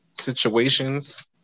situations